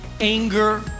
anger